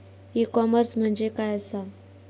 E commerce म्हणजे काय असा?